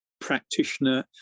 practitioner